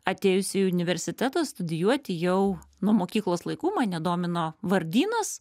atėjus į universitetą studijuoti jau nuo mokyklos laikų mane domino vardynas